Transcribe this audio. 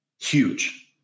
Huge